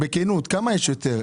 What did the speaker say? תגיד לי בכנות כמה יש יותר,